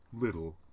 little